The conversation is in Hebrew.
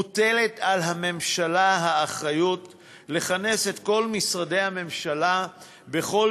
מוטלת על הממשלה האחריות לכנס את כל משרדי הממשלה בכל